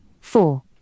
Four